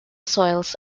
soils